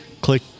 click